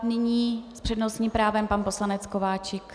Nyní s přednostním právem pan poslanec Kováčik.